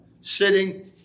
sitting